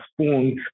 spoons